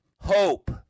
hope